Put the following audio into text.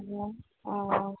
ꯑꯗꯨꯅ